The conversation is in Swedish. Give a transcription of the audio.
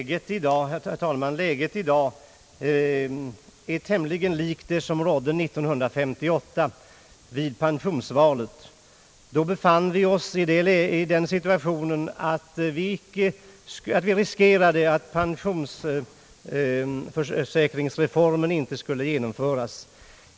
Herr talman! Läget i dag är tämligen likt det som rådde 1958 vid pensionsvalet. Då befann vi oss i den situationen, att vi riskerade att pensionsförsäkringsreformen inte skulle genomföras.